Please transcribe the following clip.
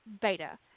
beta